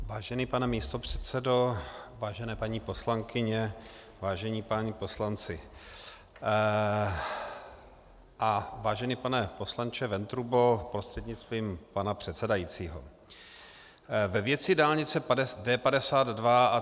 Vážený pane místopředsedo, vážené paní poslankyně, vážení páni poslanci a vážený pane poslanče Ventrubo prostřednictvím pana předsedajícího, ve věci dálnice D52.